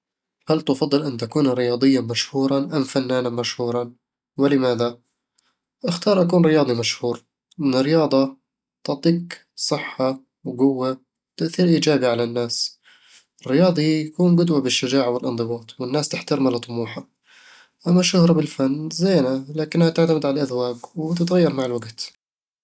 هل تفضل أن تكون رياضيًا مشهورًا أم فنانًا مشهورًا؟ ولماذا؟ أختار أكون رياضي مشهور لأن الرياضة تعطيك صحة وقوة وتأثير إيجابي على الناس الرياضي يكون قدوة بالشجاعة والانضباط، والناس تحترمه لطموحه أما الشهرة بالفن، زينة، لكنها تعتمد على الأذواق وتتغير مع الوقت